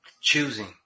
Choosing